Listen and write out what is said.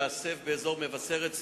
כרבע שעה ואז נכנס הנהג ונסע ושחרר את הפקק.